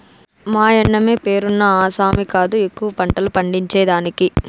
మాయన్నమే పేరున్న ఆసామి కాదు ఎక్కువ పంటలు పండించేదానికి